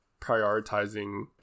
prioritizing